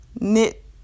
knit